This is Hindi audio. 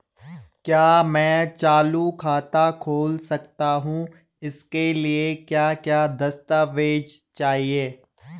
क्या मैं चालू खाता खोल सकता हूँ इसके लिए क्या क्या दस्तावेज़ चाहिए?